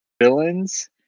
Villains